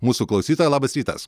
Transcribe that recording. mūsų klausytoją labas rytas